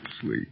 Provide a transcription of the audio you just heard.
sleep